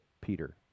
Peter